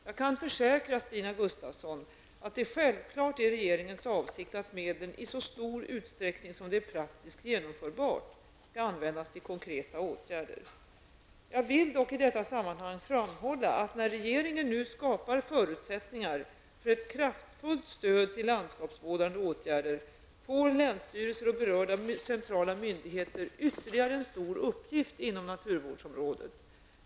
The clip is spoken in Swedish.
Jag kan försäkra Stina Gustavsson att det självfallet är regeringens avsikt att medlen i så stor utsträckning som det är praktiskt genomförbart skall användas till konkreta åtgärder. Jag vill dock i detta sammanhang framhålla att när regeringen nu skapar förutsättningar för ett kraftfullt stöd till landskapsvårdande åtgärder, får länsstyrelser och berörda centrala myndigheter ytterligare en stor uppgift inom naturvårdsområdet.